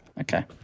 Okay